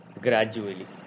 gradually